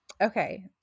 Okay